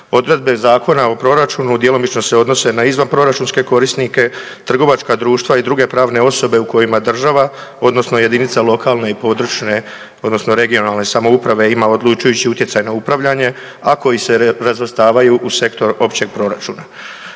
Odredbe Zakona o proračunu djelomično se odnose na izvanproračunske korisnike, trgovačka društva i druge pravne osobe u kojima država odnosno jedinica lokalne i područne odnosno regionalne samouprave ima odlučujući utjecaj na upravljanje, a koji se razvrstavaju u sektor općeg proračuna.